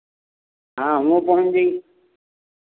हाँ हुंवो पहुँच जाई